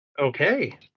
Okay